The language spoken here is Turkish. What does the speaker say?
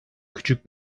küçük